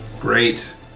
Great